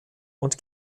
und